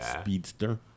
Speedster